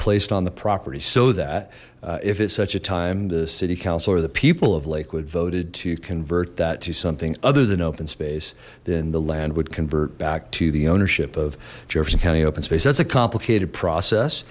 placed on the property so that if it's such a time the city council or the people of lakewood voted to convert that to something other than open space then the land would convert back to the ownership of jefferson county open space that's a complicated process